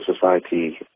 Society